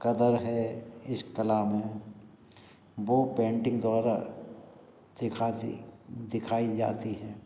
क़दर है इस कला में वह पेंटिंग द्वारा दिखा दी दिखाई जाती है